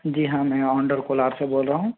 जी हाँ मैं ऑनडोर कोलार से बोल रहा हूँ